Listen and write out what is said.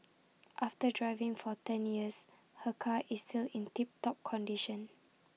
after driving for ten years her car is still in tip top condition